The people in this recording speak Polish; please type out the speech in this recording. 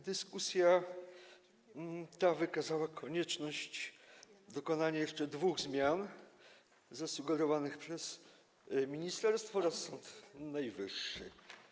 Dyskusja ta wykazała konieczność dokonania jeszcze dwóch zmian zasugerowanych przez ministerstwo oraz Sąd Najwyższy.